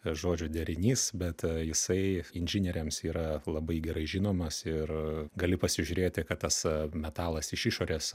žodžių derinys bet a jisai inžinieriams yra labai gerai žinomas ir gali pasižiūrėti kad tas metalas iš išorės